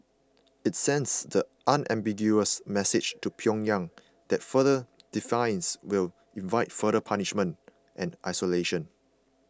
it sends the unambiguous message to Pyongyang that further defiance will invite further punishment and isolation